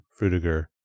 Frutiger